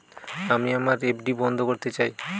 আমি আমার এফ.ডি বন্ধ করতে চাই